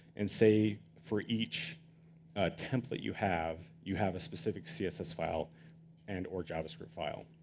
and say, for each template you have, you have a specific css file and or javascript file.